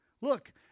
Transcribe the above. look